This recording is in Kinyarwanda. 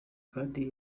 kandi